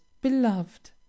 beloved